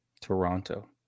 toronto